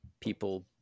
people